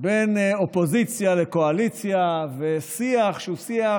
בין אופוזיציה לקואליציה ושיח שהוא שיח